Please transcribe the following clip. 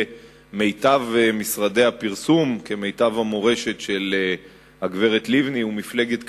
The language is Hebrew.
מיטב משרדי הפרסום כמיטב המורשת של הגברת לבני ומפלגת קדימה,